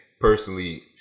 personally